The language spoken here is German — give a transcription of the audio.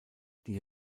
die